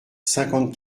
cinquante